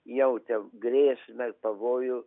jautėm grėsmę pavojų